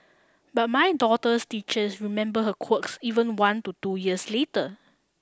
but my daughter's teachers remember her quirks even one to two years later